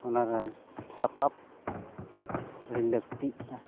ᱚᱱᱟ ᱨᱮᱱᱟᱜ ᱥᱟᱯᱟᱵ ᱟᱹᱰᱤ ᱞᱟᱹᱠᱛᱤᱜᱼᱟ